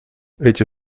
эти